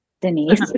Denise